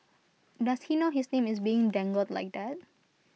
does he know his name is being dangled like that